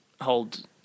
hold